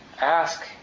ask